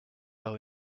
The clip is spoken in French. par